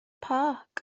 park